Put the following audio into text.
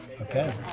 okay